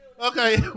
Okay